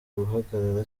guhagarara